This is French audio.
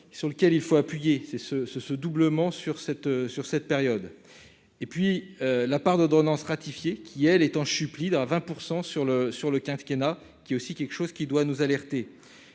sur lequel il faut appuyer ses ce ce ce doublement sur cette sur cette période et puis la part d'ordonnance ratifiée qui elle est en supplie là 20 % sur le sur le quinquennat qui est aussi quelque chose qui doit nous alerter,